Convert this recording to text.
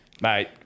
mate